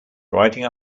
writing